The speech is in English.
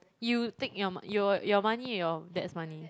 you take your your your money or your dad's money